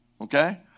Okay